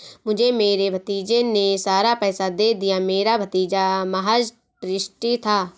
मुझे मेरे भतीजे ने सारा पैसा दे दिया, मेरा भतीजा महज़ ट्रस्टी था